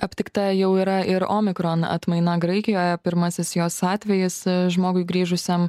aptikta jau yra ir omikron atmaina graikijoje pirmasis jos atvejis žmogui grįžusiam